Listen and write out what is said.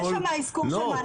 יש שם אזכור של מענקי הקורונה,